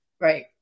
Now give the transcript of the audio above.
Right